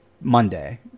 Monday